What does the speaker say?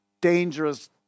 dangerous